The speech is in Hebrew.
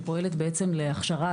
שפועלת להכשרה,